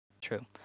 True